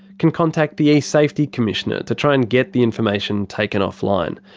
can contact the esafety commissioner to try and get the information taken offline.